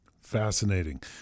Fascinating